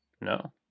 No